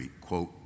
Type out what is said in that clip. quote